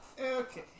Okay